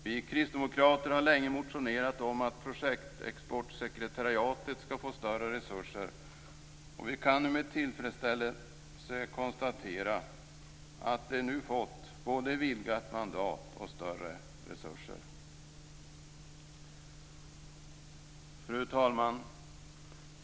Vi kristdemokrater har länge motionerat om att projektexportsekretariatet skall få större resurser, och vi kan nu med tillfredsställelse konstatera att det nu fått både vidgat mandat och större resurser. Fru talman!